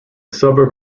suburb